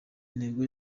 intego